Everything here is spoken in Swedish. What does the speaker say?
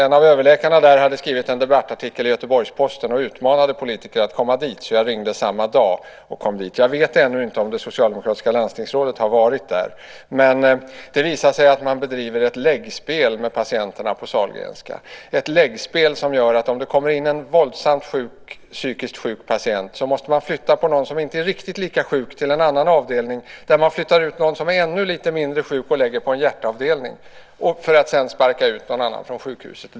En av överläkarna där hade skrivit en debattartikel i Göteborgs-Posten och utmanade politiker att komma dit. Jag ringde samma dag och kom dit. Jag vet ännu inte om det socialdemokratiska landstingsrådet har varit där. Det visade sig att man bedriver ett läggspel med patienterna på Sahlgrenska. Det är ett läggspel som innebär att om det kommer in en våldsamt psykiskt sjuk patient måste man flytta på någon som inte är riktigt lika sjuk till en annan avdelning där man flyttar ut någon som är ännu lite mindre sjuk och lägger på en hjärtavdelning för att sedan sparka ut någon annan från sjukhuset.